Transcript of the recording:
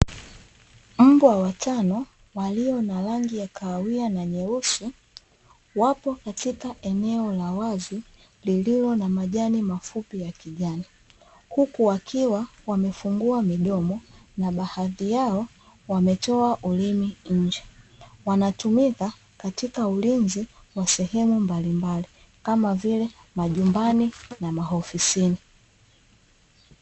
Mbwa watano walio na rangi ya kahawia na nyeusi, wapo katika eneo la wazi lililo na majani mafupi ya kijani, huku wakiwa wamefungua midomo na baadhi yao wametoa ulimi nje, wanatumika katika ulinzi wa sehemu mbalimbali, kama vile majumbani na maofisini.